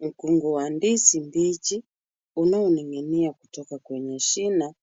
Mkungu wa ndizi mbichi unaoning'inia kutoka kwenye shina